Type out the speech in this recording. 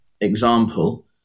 example